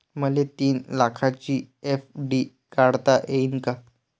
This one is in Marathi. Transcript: मले तीन लाखाची एफ.डी काढता येईन का?